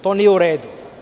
To nije u redu.